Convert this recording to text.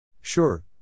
Sure